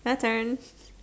you turn